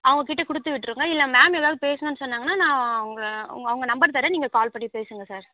அவங்ககிட்ட கொடுத்துவிட்ருங்க இல்லை மேம் ஏதாவது பேசணும்ன்னு சொன்னாங்கன்னா நான் அவங்க அவங்க நம்பர் தரன் நீங்கள் கால் பண்ணி பேசுங்கள் சார்